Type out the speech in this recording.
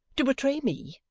to betray me,